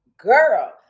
girl